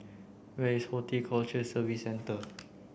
where is Horticulture Services Centre